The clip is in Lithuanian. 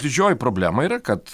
didžioji problema yra kad